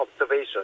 observation